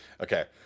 okay